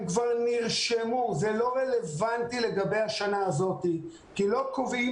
הם כבר נרשמו וזה לא רלוונטי לגבי השנה הזאת כי לא קובעים